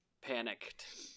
panicked